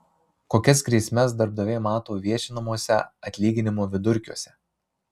kokias grėsmes darbdaviai mato viešinamuose atlyginimų vidurkiuose